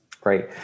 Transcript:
Great